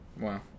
Wow